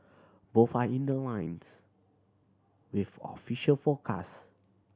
both are in line ones with official forecast